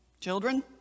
children